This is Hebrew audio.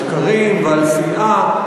על שקרים ועל שנאה.